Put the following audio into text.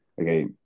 okay